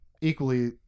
equally